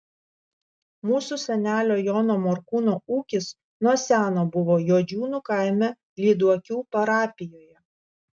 mūsų senelio jono morkūno ūkis nuo seno buvo juodžiūnų kaime lyduokių parapijoje